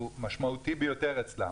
היא משמעותית ביותר אצלם.